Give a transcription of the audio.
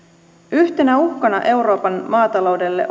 yhtenä uhkana euroopan maataloudelle